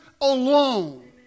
alone